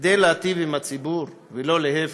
כדי להיטיב עם הציבור, ולא להפך,